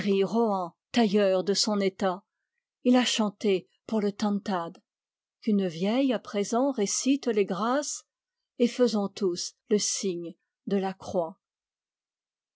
tailleur de son état il a chanté pour le tantad qu'une vieille à présent récite les grâces et faisons tous le signe de la croix